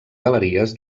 galeries